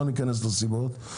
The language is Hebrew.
לא נכנס לסיבות,